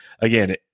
Again